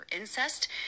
incest